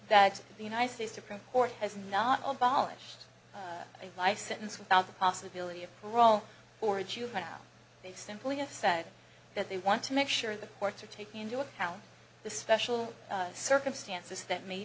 that the united states supreme court has not on polished a life sentence without the possibility of parole or a juvenile they simply have said that they want to make sure the courts are taking into account the special circumstances that may